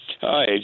Hi